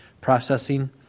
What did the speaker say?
processing